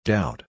Doubt